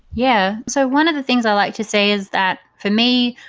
yeah. so one of the things i like to say is that for me,